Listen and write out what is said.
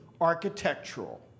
architectural